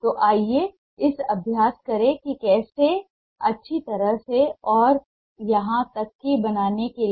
तो आइए हम अभ्यास करें कि कैसे अच्छी तरह से और यहां तक कि बनाने के लिए